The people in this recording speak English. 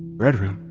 red room?